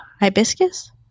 hibiscus